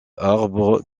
arbre